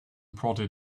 prodded